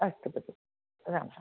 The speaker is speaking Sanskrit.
अस्तु भगिनि राम् राम्